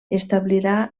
establirà